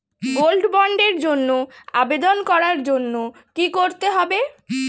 Gold বন্ডের জন্য আবেদন করার জন্য কি করতে হবে?